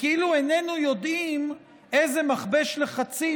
וכאילו איננו יודעים איזה מכבש לחצים